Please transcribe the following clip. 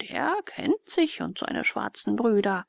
der kennt sich und seine schwarzen brüder